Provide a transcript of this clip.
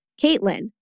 Caitlin